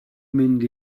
mynd